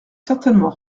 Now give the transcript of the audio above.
certainement